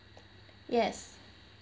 yes